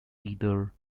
either